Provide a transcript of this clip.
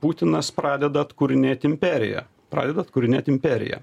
putinas pradeda atkūrinėt imperiją pradeda atkūrinėt imperiją